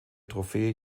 trophäe